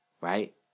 right